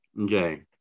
Okay